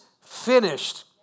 finished